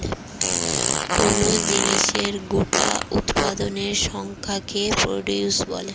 কোন জিনিসের গোটা উৎপাদনের সংখ্যাকে প্রডিউস বলে